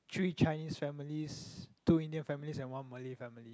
three Chinese families two Indian families and one Malay family